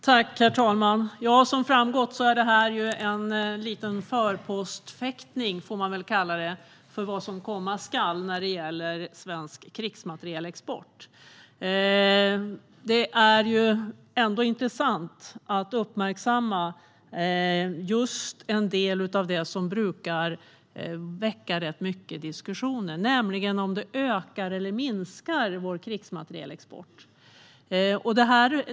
Herr talman! Som har framgått är detta en liten förpostfäktning, som man väl får kalla det, till vad som komma skall när det gäller svensk krigsmaterielexport. Det är intressant att uppmärksamma en del av sådant som brukar väcka mycket diskussion, nämligen om vår krigsmaterielexport ökar eller minskar.